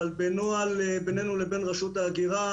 אבל בנוהל בינינו לבין רשות ההגירה